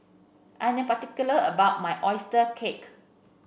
I am particular about my oyster cake